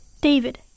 David